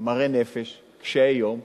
מרי נפש, קשי יום,